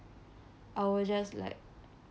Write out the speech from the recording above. I will just like